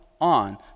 on